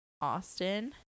Austin